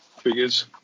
figures